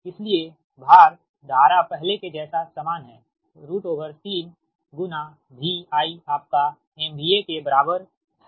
इसलिए भार धारा पहले के जैसा समान है 3 VI आपका MVA के बराबर है